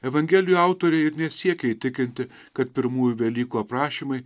evangelijų autoriai ir nesiekia įtikinti kad pirmųjų velykų aprašymai